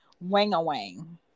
wang-a-wang